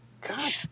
God